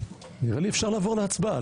נראה לי שאפשר לעבור להצבעה.